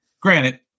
granted